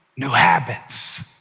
new habits.